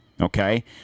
okay